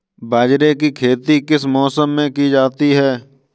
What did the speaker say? बाजरे की खेती किस मौसम में की जाती है?